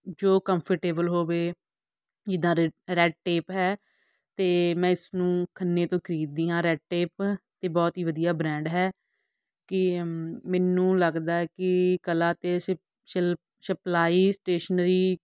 ਜੋ ਕੰਫਰਟੇਬਲ ਹੋਵੇ ਜਿੱਦਾਂ ਰੈਡ ਟੇਪ ਹੈ ਅਤੇ ਮੈਂ ਇਸਨੂੰ ਖੰਨੇ ਤੋਂ ਖਰੀਦਦੀ ਹਾਂ ਰੈਡ ਟੇਪ ਅਤੇ ਬਹੁਤ ਹੀ ਵਧੀਆ ਬ੍ਰਾਂਡ ਹੈ ਕਿ ਮੈਨੂੰ ਲੱਗਦਾ ਕਿ ਕਲਾ ਅਤੇ ਸ਼ਿਪ ਸਿਲ ਸ਼ਿਪਲਾਈ ਸਟੇਸ਼ਨਰੀ